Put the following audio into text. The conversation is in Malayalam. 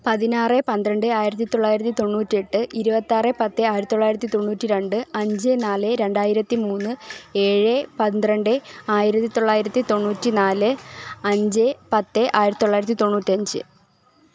പതിനാറ് പന്ത്രണ്ട് ആയിരത്തി തൊള്ളായിരത്തി തൊണ്ണൂറ്റെട്ട് ഇരുപത്താറ് പത്ത് ആയിരത്തി തൊള്ളായിരത്തി തൊണ്ണൂറ്റി രണ്ട് അഞ്ച് നാല് രണ്ടായിരത്തി മൂന്ന് ഏഴ് പന്ത്രണ്ട് ആയിരത്തി തൊള്ളായിരത്തി തൊണ്ണൂറ്റി നാല് അഞ്ച് പത്ത് ആയിരത്തി തൊള്ളായിരത്തി തൊണ്ണൂറ്റഞ്ച്